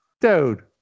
Dude